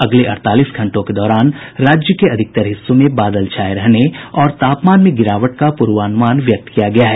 अगले अड़तालीस घंटों के दौरान राज्य के अधिकतर हिस्सों में बादल छाये रहने और तापमान में गिरावट का पूर्वानुमान व्यक्त किया गया है